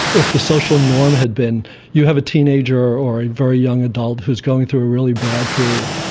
if the social norm had been you have a teenager or a very young adult who's going through a really bad period,